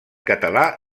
català